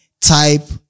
type